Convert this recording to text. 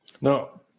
No